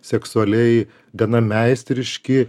seksualiai gana meistriški